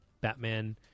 Batman